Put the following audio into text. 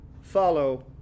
follow